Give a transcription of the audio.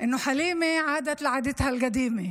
(אומרת בערבית: